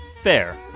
Fair